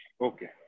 Okay